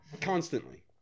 constantly